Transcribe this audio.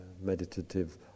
meditative